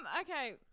Okay